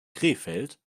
krefeld